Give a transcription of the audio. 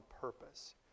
purpose